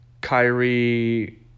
Kyrie